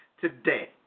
today